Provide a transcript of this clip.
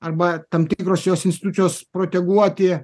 arba tam tikros jos institucijos proteguoti